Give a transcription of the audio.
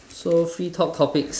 so free talk topics